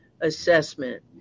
assessment